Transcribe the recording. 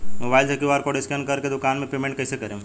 Mobile से QR code scan कर के दुकान मे पेमेंट कईसे करेम?